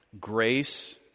grace